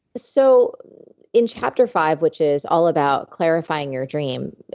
so in chapter five which is all about clarifying your dream,